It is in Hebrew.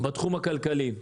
בתחום הכלכלי.